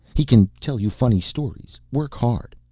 he can tell you funny stories, work hard.